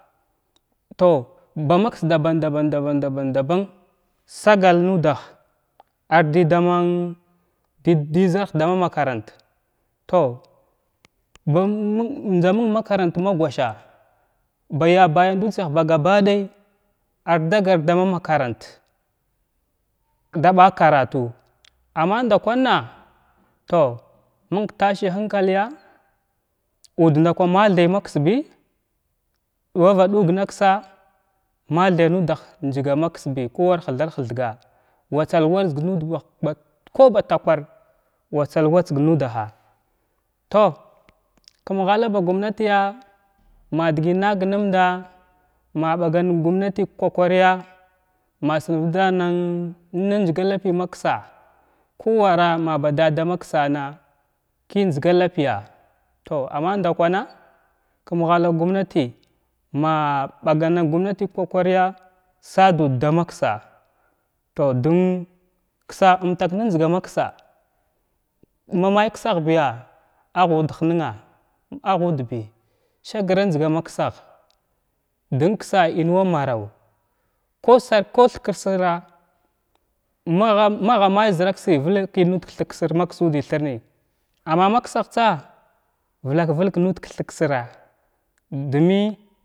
Tow ba naks daban, daban, daban, daɓan, daɓan sagal nudah ar didaman dizarh dahua makaranta tow ba mum mum njzaməng makaranta ma gosha baya bayan dutsiyah ba gaɓaɗay ar dagal dama makaranta daɓa karutuu amma ndakwana tov məng tashi hənkaliya udda ndakwa mathay maksya ɗuwavaɗzg naksa mathay nudah njzgamakshi kuwar hthal-hthaga watsal watsg watsg nuda kuba takwar watsal watsg nudaha tow kum ghala ba gumnatiya ma dgəy nag numda na ɓagan gumnati ka kwawariya ma snavadanən na njzga lapi maksa kuwara ma bada damaksana ki njzga lapiya tov amma ndakwana kum ghata gumnati ma ɓagan gumnati ka kukwariya saduud damaksa tow dən ksa umtak nanjzga maksa ma may ksah biya agha uddahanəna agha udd bi sagir anjzga maksah dənksah inwa maraw kusar kathka sara’a magha magha may zəraksi valakinu ka thiksir ma ksudiythurni amma maksah tsa vlak vəlg nud k-thiktsra dumi.